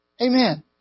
Amen